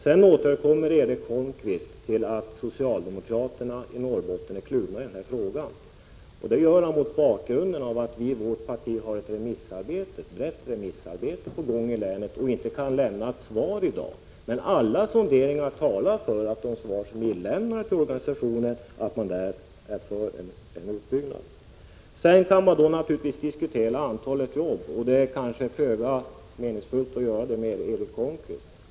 Sedan återkommer Erik Holmkvist till att socialdemokraterna i Norrbotten är kluvna i den här frågan. Det gör han mot bakgrunden av att vi i vårt parti har ett brett remissarbete på gång i länet och därför inte kan lämna ett svar i dag. Alla sonderingar talar emellertid för att man i de svar som är inlämnade till organisationen är för en utbyggnad. Sedan kan man naturligtvis diskutera antalet jobb, men det kanske är föga meningsfullt att göra det med Erik Holmkvist.